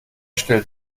stellt